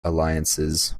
alliances